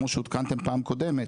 כמו שעודכנתם פעם קודמת,